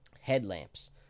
headlamps